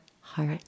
heart